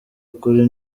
ukuri